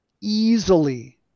easily